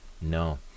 No